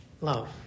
love